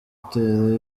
utera